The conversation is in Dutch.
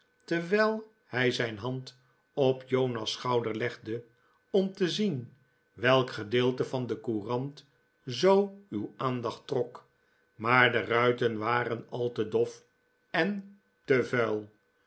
terwijl hij zijn hand op jonas schouder legde om te zien welk gedeelte van de courant zoo uw aandacht trok maar de ruiten waren al te dof en te vuil